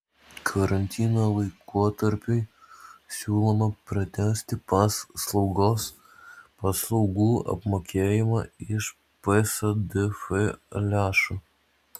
karantino laikotarpiui siūloma pratęsti slaugos paslaugų apmokėjimą iš psdf lėšų